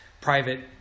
private